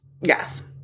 Yes